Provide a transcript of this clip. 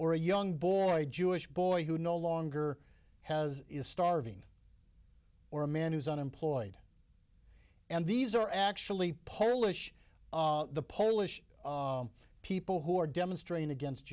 or a young boy jewish boy who no longer has is starving or a man who's unemployed and these are actually polish the polish people who are demonstrating against